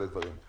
אנחנו